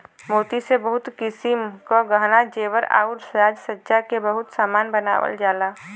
मोती से बहुत किसिम क गहना जेवर आउर साज सज्जा के बहुत सामान बनावल जाला